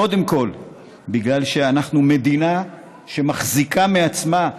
קודם כול בגלל שאנחנו מדינה שמחזיקה מעצמה,